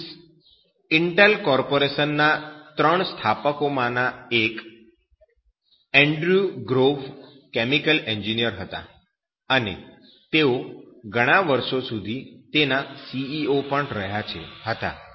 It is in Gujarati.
ઈન્ટેલ કોર્પોરેશન ના ત્રણ સ્થાપકો માંના એક એન્ડ્ર્યુ ગ્રોવ કેમિકલ એન્જિનિયર હતા અને તેઓ ઘણાં વર્ષો સુધી તેના CEO પણ રહ્યા હતા